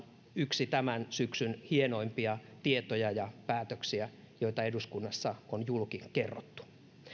yksi tämän syksyn hienoimpia tietoja ja päätöksiä joita eduskunnassa on julki kerrottu mutta